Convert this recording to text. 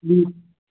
ह्म्म